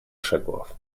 шагов